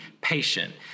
patient